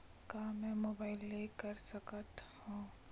का मै मोबाइल ले कर सकत हव?